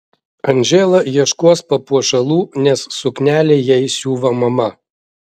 andžela ieškos papuošalų nes suknelę jai siuva mama